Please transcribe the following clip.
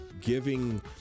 giving